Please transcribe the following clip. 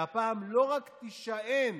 שהפעם לא רק תישען